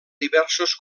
diversos